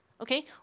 Okay